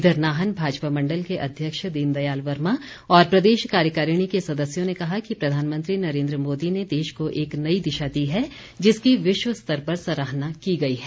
इधर नाहन भाजपा मण्डल के अध्यक्ष दीन दयाल वर्मा और प्रदेश कार्यकारिणी के सदस्यों ने कहा कि प्रधानमंत्री नरेन्द्र मोदी ने देश को एक नई दिशा दी है जिसकी विश्व स्तर पर सराहना की गई है